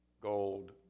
Gold